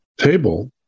table